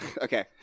okay